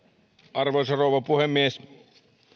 arvoisa rouva puhemies